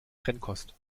trennkost